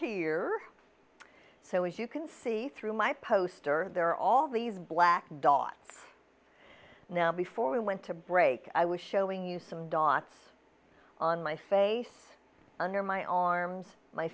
here so as you can see through my poster there are all these black dots now before we went to break i was showing you some dots on my face under my arms my